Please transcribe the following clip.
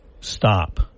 stop